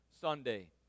Sunday